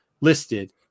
listed